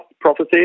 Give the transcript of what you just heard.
prophecies